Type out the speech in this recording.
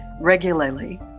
regularly